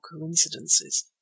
coincidences